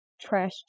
Trash